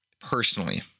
personally